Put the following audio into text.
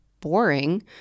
boring